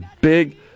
big